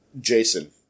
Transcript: jason